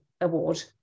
award